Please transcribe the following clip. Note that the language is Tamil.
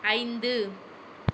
ஐந்து